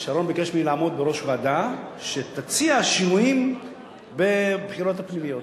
שרון ביקש ממני לעמוד בראש ועדה שתציע שינויים בבחירות הפנימיות.